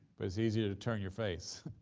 but it's easier to turn your face.